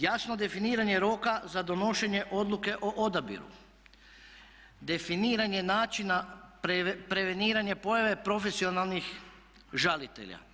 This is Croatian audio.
Jasno definiranje roka za donošenje odluke o odabiru, definiranje načina preveniranja pojave profesionalnih žalitelja.